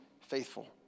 faithful